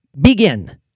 begin